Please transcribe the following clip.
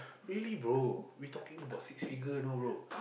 really bro we talking about six figure you know bro